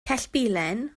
cellbilen